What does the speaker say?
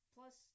Plus